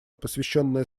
посвященное